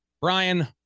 brian